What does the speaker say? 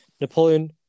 Napoleon